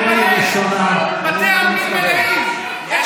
בתי העלמין מלאים.